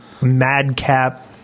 madcap